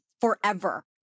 forever